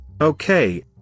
Okay